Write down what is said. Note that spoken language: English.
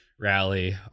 Rally